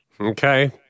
Okay